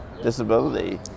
Disability